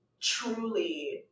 truly